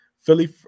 Philly